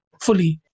fully